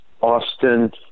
Austin